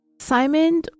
Simon